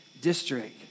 district